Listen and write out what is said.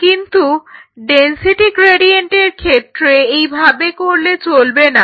কিন্তু ডেনসিটি গ্রেডিয়েন্টের ক্ষেত্রে এইভাবে করলে চলবে না